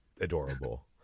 adorable